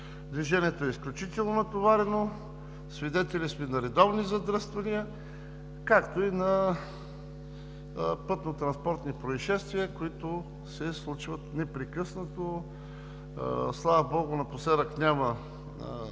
движението е изключително натоварено, свидетели сме на редовни задръствания, както и на пътно-транспортни произшествия, които се случват непрекъснато? Слава богу, напоследък няма